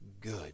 good